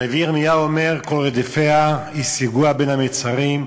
הנביא ירמיהו אומר: "כל רֹדפיה השיגוה בין המצרים".